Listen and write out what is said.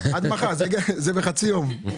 עד מחר, זה בחצי יום...